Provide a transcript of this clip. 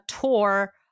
tour